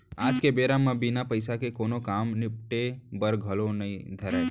आज के बेरा म बिना पइसा के कोनों काम निपटे बर घलौ नइ धरय